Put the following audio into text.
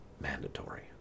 mandatory